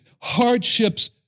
Hardships